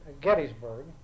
Gettysburg